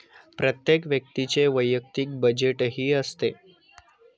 प्रत्येक व्यक्तीचे वैयक्तिक बजेटही असते